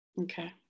Okay